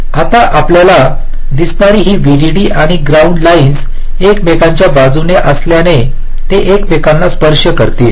आता आपल्याला दिसणारी ही व्हीडीडी आणि ग्राउंड लाईन्स एकमेकांच्या बाजूने असल्याने ते एकमेकांना स्पर्श करतील